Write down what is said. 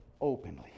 Openly